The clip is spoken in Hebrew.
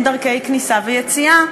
אין דרכי כניסה ויציאה.